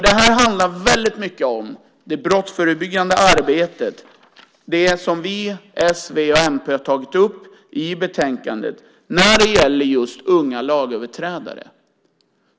Det här handlar väldigt mycket om det brottsförebyggande arbetet, det som vi i s, v och mp har tagit upp i betänkandet när det gäller just unga lagöverträdare.